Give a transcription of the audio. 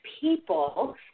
people